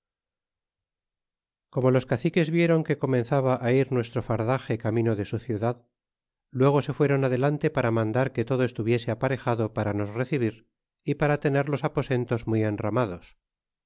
como los caciques vieron que comenzaba ir nuestro fardaxe camino de su ciudad luego se fueron adelante para mandar que todo estuviese aparejado para nos recibir y para tener los aposentos muy enramados